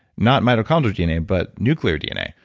not mitochondrial dna, but nuclear dna.